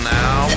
now